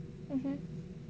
mm